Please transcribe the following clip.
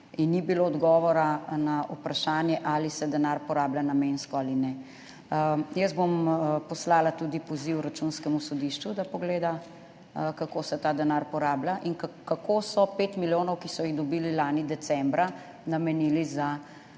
ni bilo odgovora na vprašanje, ali se denar porablja namensko ali ne. Jaz bom poslala tudi poziv Računskemu sodišču, da pogleda, kako se ta denar porablja in kako so 5 milijonov, ki so jih dobili lani decembra, namenili za